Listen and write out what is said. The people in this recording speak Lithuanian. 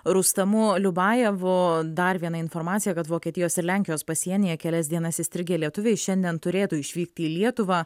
rustamu liubajevu dar viena informacija kad vokietijos ir lenkijos pasienyje kelias dienas įstrigę lietuviai šiandien turėtų išvykti į lietuvą